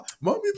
Mommy